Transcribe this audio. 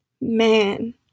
Man